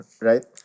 right